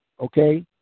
okay